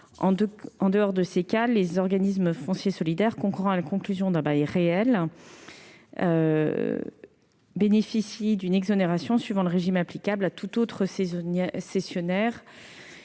En dehors de ces cas, les organismes de foncier solidaire concourant à la conclusion d'un bail réel bénéficient d'une exonération suivant le régime applicable à tout autre cessionnaire.